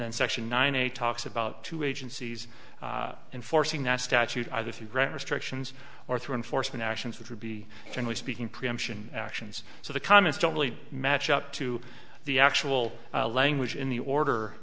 and section nine a talks about two agencies enforcing that statute either if you grant restrictions or through enforcement actions which would be generally speaking preemption actions so the comments don't really match up to the actual language in the order